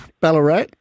Ballarat